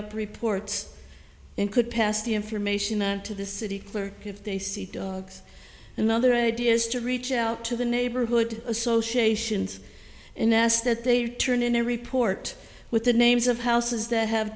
up reports and could pass the information to the city clerk if they see another idea is to reach out to the neighborhood associations and ask that they turn in a report with the names of houses that have